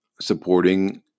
supporting